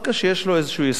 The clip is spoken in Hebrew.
יש לו איזה יסוד,